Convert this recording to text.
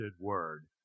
word